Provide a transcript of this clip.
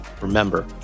Remember